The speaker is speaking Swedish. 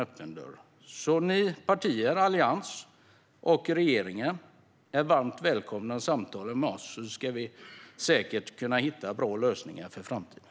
Partierna i Alliansen och regeringen är varmt välkomna att samtala med oss, så ska vi säkert kunna hitta bra lösningar för framtiden.